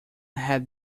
had